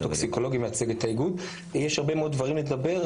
יש הרבה מאוד דברים לדבר,